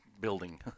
building